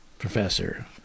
Professor